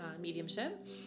mediumship